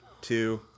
two